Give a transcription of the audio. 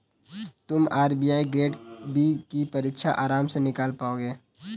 तुम RBI grade B की परीक्षा आराम से निकाल पाओगे